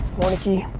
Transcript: warnke